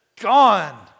gone